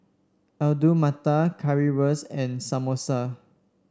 Alu Matar Currywurst and Samosa